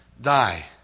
die